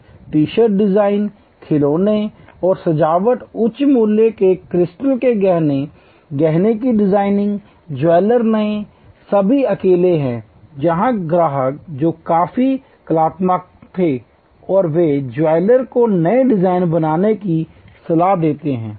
T shirt design खिलौने और सजावट उच्च मूल्य के क्रिस्टल के गहने गहने के डिजाइन ज्वैलर्स नए सभी अकेले हैं जहां ग्राहक जो काफी कलात्मक थे और वे ज्वैलर को नए डिजाइन बनाने की सलाह देते हैं